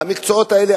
והמקצועות האלה,